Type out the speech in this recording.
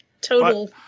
total